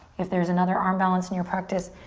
if there's another arm balance in your practice,